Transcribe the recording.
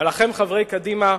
ולכם, חברי קדימה,